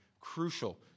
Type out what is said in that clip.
crucial